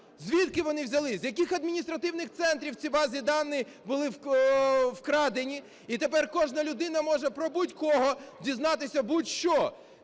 Звідки вони взялись, з яких адміністративних центрів, ці бази даних, були вкрадені, і тепер кожна людина може про будь-кого дізнатися будь-що?